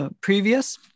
previous